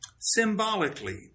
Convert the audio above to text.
symbolically